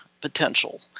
potential